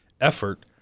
effort